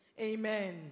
Amen